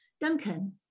Duncan